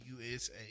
USA